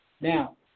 Now